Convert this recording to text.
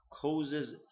causes